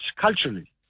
culturally